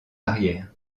arrière